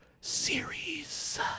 series